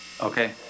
Okay